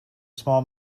small